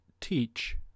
teach